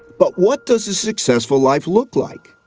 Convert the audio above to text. but what does a successful life look like?